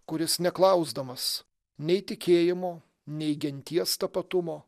kuris neklausdamas nei tikėjimo nei genties tapatumo